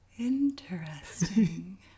Interesting